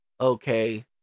okay